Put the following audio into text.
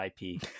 IP